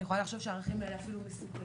אני יכולה לחשוב שהערכים האלה אפילו מסוכנים,